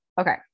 Okay